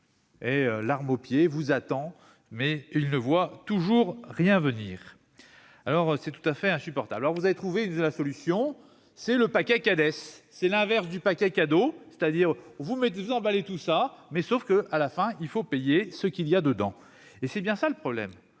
l'arme au pied, mais il ne voit toujours rien venir, ce qui est tout à fait insupportable. Alors, vous avez trouvé la solution : c'est le paquet Cades, qui est l'inverse du paquet cadeau, c'est-à-dire que vous emballez le tout sauf que, à la fin, il faut payer ce qu'il y a dedans. Et c'est bien ça le problème